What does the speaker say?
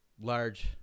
large